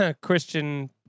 Christian